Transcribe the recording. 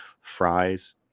fries